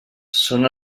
són